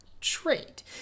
Trait